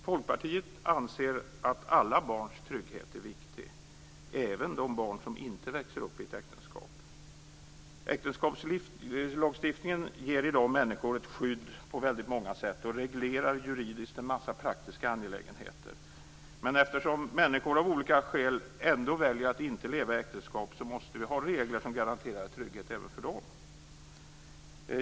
Folkpartiet anser att alla barns trygghet är viktig - det gäller även de barn som inte växer upp i ett äktenskap. Äktenskapslagstiftningen ger i dag människor ett skydd på väldigt många sätt och reglerar juridiskt en massa praktiska angelägenheter. Men eftersom människor av olika skäl ändå väljer att inte leva i äktenskap måste vi ha regler som garanterar trygghet även för dem.